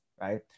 Right